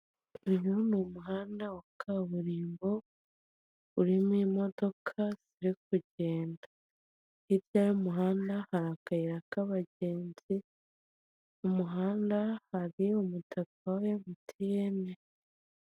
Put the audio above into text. Uyu ni umuhanda wa kaburimbo urimo imodoka iri kugenda. Hirya y'umuhanda hari akayira k'abagenzi mu muhanda hari umutaka wa emutiyeni.